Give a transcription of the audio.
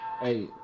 Hey